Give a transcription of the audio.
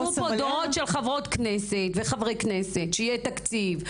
נלחמו פה דורות של חברות כנסת וחברי כנסת שיהיה תקציב,